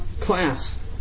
Class